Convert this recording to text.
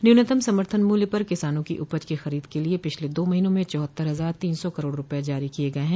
न्यूनतम समर्थन मूल्य पर किसानों की उपज की खरीद के लिये पिछले दो महीनों में चौहत्तर हजार तीन सौ करोड़ रूपये जारी किये गये हैं